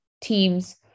teams